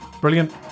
Brilliant